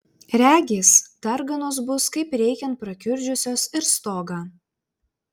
regis darganos bus kaip reikiant prakiurdžiusios ir stogą